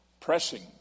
Pressing